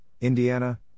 Indiana